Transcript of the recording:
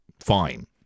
Fine